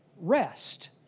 rest